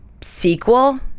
sequel